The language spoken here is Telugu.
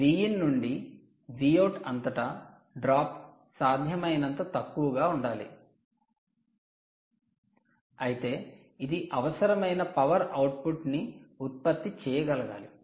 Vin నుండి Vout అంతటా డ్రాప్ సాధ్యమైనంత తక్కువగా ఉండాలి అయితే ఇది అవసరమైన పవర్ అవుట్పుట్ ని ఉత్పత్తి చేయగలగాలి